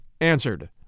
answered